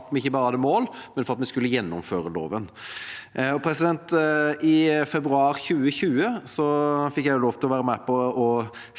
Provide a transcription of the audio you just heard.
for at vi ikke bare hadde mål, men for at vi også skulle gjennomføre dem. I februar 2020 fikk jeg også lov til å være med på å